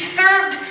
served